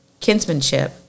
kinsmanship